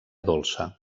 dolça